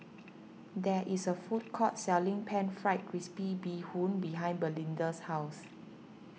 there is a food court selling Pan Fried Crispy Bee Hoon behind Belinda's house